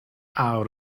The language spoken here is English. out